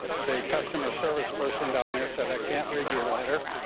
the customer service person down there said i cannot read your letter,